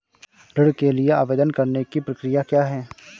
ऋण के लिए आवेदन करने की प्रक्रिया क्या है?